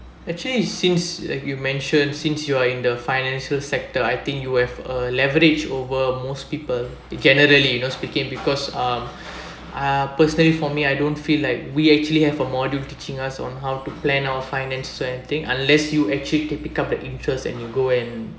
actually since like you mentioned since you are in the financial sector I think you have a leverage over most people generally you know speaking because uh uh personally for me I don't feel like we actually have a module teaching us on how to plan our finance or anything unless you actually pick up the interests and you go and